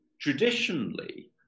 traditionally